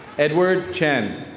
edward chen.